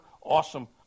awesome